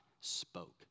spoke